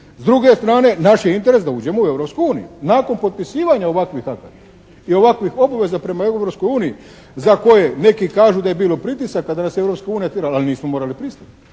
S druge strane naš je interes da uđemo u Europsku uniju. Nakon potpisivanja ovakvih akata i ovakvih obveza prema Europskoj uniji za koje neki kažu da je bilo pritisaka da nas je Europska unija tjerala, ali nismo morali pristati,